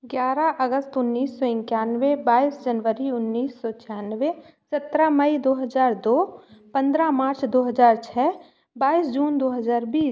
ग्यारह अगस्त उन्नीस सौ इक्यानवे बाईस जनवरी उन्नीस सौ छियानवे सत्रह मई दो हज़ार दो पंद्रह मार्च दो हज़ार छ बाईस जून दो हज़ार बीस